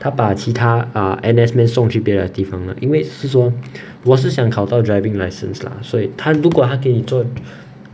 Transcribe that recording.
他把其他 err N_S men 送去别的地方的因为是说我是想考到 driving license lah 所以它如果它给你做